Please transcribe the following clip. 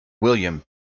William